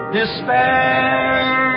despair